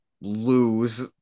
lose